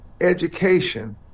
education